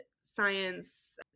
science